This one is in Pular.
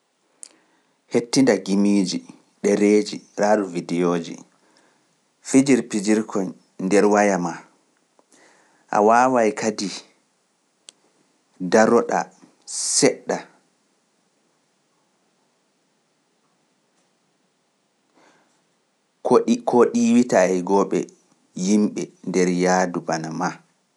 Hettinda gimiiji, ɗereeji, raaruuji wideyooji, fijir-pijir ko nder waya maa, a waaway kadi daroɗa seɗɗa, koo ɗiiwitaa e gobɓe yimɓe nder yaadu bana maa.